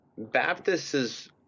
Baptists